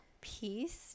peace